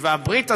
והברית הזאת,